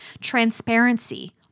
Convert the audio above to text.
transparency